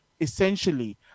essentially